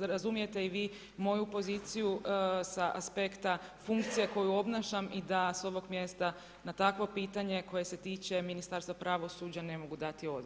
razumijete i vi moju poziciju sa aspekta funkcije koju obnašam i da sa ovog mjesta na takvo pitanje koje se tiče Ministarstva pravosuđa ne mogu dati odgovor.